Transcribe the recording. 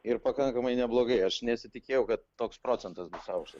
ir pakankamai neblogai aš nesitikėjau kad toks procentas bus aukštas